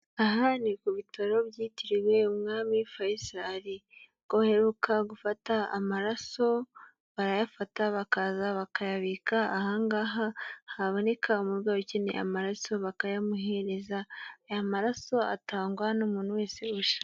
Aha ni ku bitaro byitiriwe umwami Fayisal, ubwo baheruka gufata amaraso, barayafata bakaza bakayabika aha ngaha, haboneka umurwayi ukeneye amaraso bakayamuhereza, aya maraso atangwa n'umuntu wese ubisha...